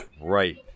right